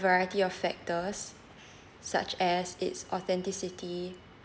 variety of factors such as its authenticity